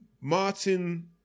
Martin